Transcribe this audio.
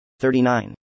39